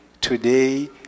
today